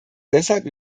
deshalb